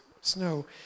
snow